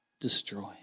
destroy